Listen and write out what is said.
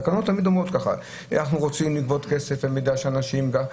תקנות תמיד אומרות: אנחנו רוצים לגבות כסף במידה מסוימת,